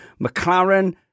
McLaren